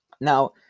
Now